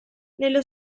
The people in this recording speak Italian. nello